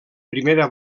primera